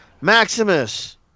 Maximus